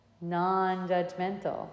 Non-judgmental